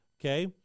Okay